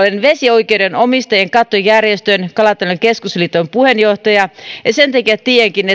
vesioikeuden omistajien kattojärjestön kalatalouden keskusliiton puheenjohtaja ja sen takia tiedänkin